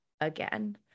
again